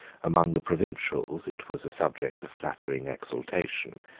among the provincials, it was a subject of flattering exultation,